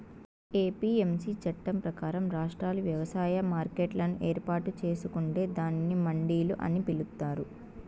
APMC చట్టం ప్రకారం, రాష్ట్రాలు వ్యవసాయ మార్కెట్లను ఏర్పాటు చేసుకొంటే దానిని మండిలు అని పిలుత్తారు